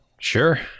Sure